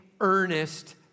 earnest